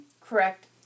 Correct